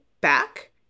back